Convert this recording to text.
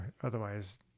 otherwise